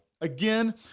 Again